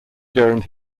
during